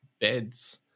beds